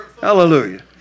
Hallelujah